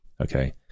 okay